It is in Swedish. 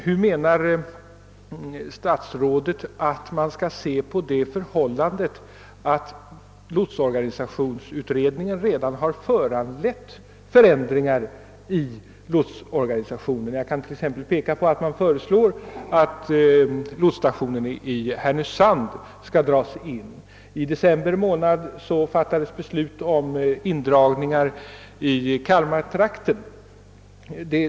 Hur menar statsrådet att man skall se på det förhållandet att lotsorganisationsutredningen redan har föranlett förändringar i lotsorganisationen? Jag kan t.ex. peka på att det framlagts förslag om att lotsstationen i Härnösand skall dras in. Vidare fattades i december månad beslut om indragningar i kalmartrakten.